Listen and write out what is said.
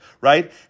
right